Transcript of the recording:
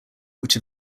which